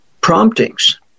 promptings